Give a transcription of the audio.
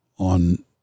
on